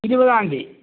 ഇരുപതാം തിയ്യതി